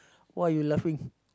why you laughing